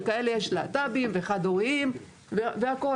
וכאלה יש להט"בים וחד הוריים והכל.